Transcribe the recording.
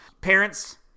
Parents